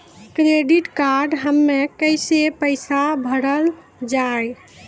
Credit card हम्मे कैसे पैसा भरल जाए?